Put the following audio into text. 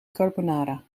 carbonara